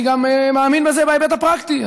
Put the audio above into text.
אני גם מאמין בזה בהיבט הפרקטי.